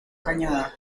cañada